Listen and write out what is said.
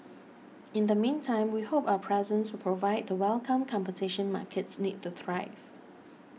in the meantime we hope our presence will provide the welcome competition markets need to thrive